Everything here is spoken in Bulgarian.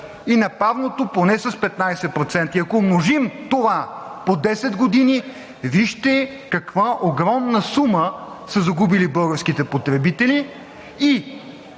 и на парното – поне с 15%? И ако умножим това по 10 години, вижте каква огромна сума са загубили българските потребители.